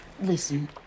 Listen